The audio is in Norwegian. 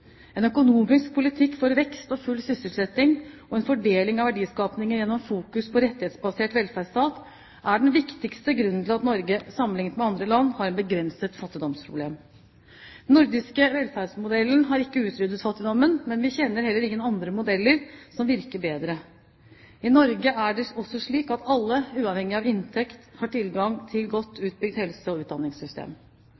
En økonomisk politikk for vekst og full sysselsetting, og en fordeling av verdiskapingen gjennom fokus på rettighetsbasert velferdsstat, er den viktigste grunnen til at Norge, sammenlignet med andre land, har et begrenset fattigdomsproblem. Den nordiske velferdsmodellen har ikke utryddet fattigdommen, men vi kjenner heller ingen andre modeller som virker bedre. I Norge er det også slik at alle, uavhengig av inntekt, har tilgang til et godt